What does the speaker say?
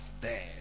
dead